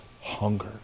hunger